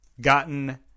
gotten